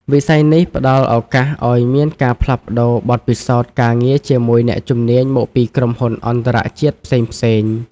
វិស័យនេះផ្តល់ឱកាសឱ្យមានការផ្លាស់ប្តូរបទពិសោធន៍ការងារជាមួយអ្នកជំនាញមកពីក្រុមហ៊ុនអន្តរជាតិផ្សេងៗ។